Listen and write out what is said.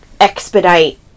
expedite